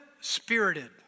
spirited